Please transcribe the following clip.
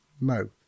No